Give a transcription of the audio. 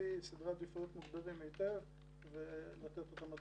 לפי סדרי עדיפויות מוגדרים היטב ולתת אותם לציבור.